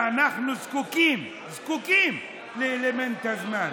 ואנחנו זקוקים לאלמנט הזמן.